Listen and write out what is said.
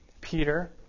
Peter